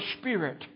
Spirit